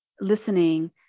listening